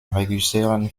regisseuren